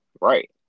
Right